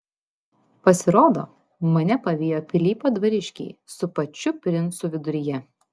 pasirodo mane pavijo pilypo dvariškiai su pačiu princu viduryje